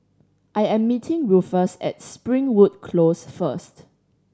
I am meeting Rufus at Springwood Close first